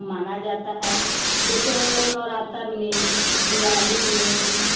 माना जाता है जिसे हम लोग नवरात्र में दिवाली में